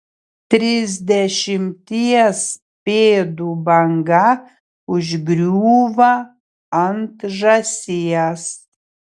trisdešimties pėdų banga užgriūva ant žąsies